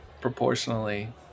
proportionally